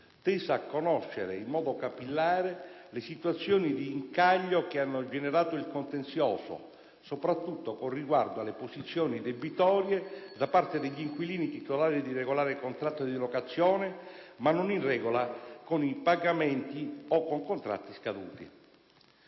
tesa a conoscere in modo capillare le situazioni di incaglio che hanno generato il contenzioso, soprattutto con riguardo alle posizioni debitorie da parte degli inquilini titolari di regolare contratto di locazione, ma non in regola con i pagamenti, o con contratti scaduti.